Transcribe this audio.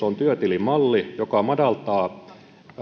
on työtilimalli joka madaltaa